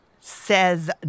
Says